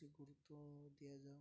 ଏତେ ଗୁରୁତ୍ୱ ଦିଆଯାଉ